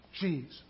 Jesus